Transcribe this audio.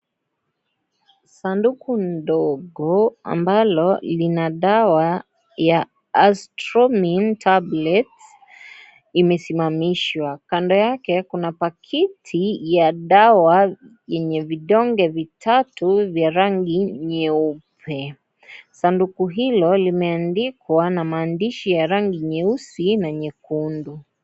Sanduku ndogo ambalo lina dawa ya aztromyne tablet imesimamishwa, kando yake kuna pakiti ya dawa yenye vidonge vitatu vya rangi nyeupe. Sanduku hilo limeandikwa na maandishi ya rangi nyeusi na nyekundu.